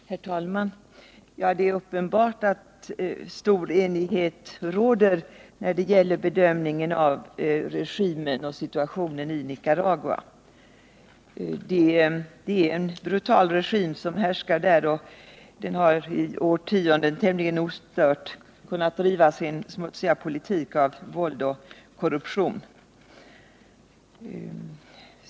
Herr talman! Det är uppenbart att stor enighet råder när det gäller bedömningen av regimen och situationen i Nicaragua. Det är en brutal regim som härskar där, och den har i årtionden tämligen ostört kunnat driva sin smutsiga politik av våld och korruption.